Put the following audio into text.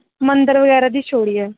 मंदर बगैरा दी छोड़ियै